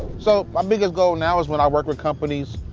so, my biggest goal now is when i work with companies,